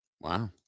Wow